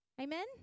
Amen